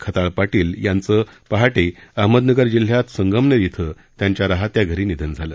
खताळ पाटील यांचं पहाटे अहमदनगर जिल्ह्यातल्या संगमनेर इथं त्यांच्या राहात्या घरी निधन झालं